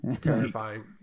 terrifying